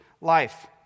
life